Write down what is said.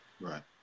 right